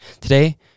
Today